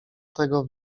tego